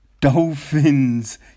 Dolphins